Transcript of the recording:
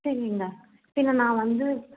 சரிங்க சரி நான் வந்து